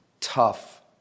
tough